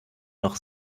noch